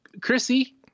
Chrissy